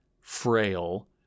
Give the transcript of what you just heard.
frail